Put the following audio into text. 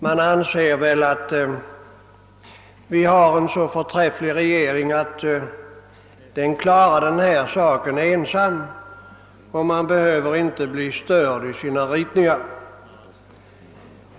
Han ansåg väl att vi har en så förträfflig regering, att den kan klara saken ensam, och att den inte bör bli störd i sina ritningar.